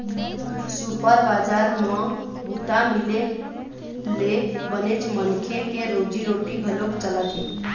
super बजार म बूता मिले ले बनेच मनखे के रोजी रोटी घलोक चलत हे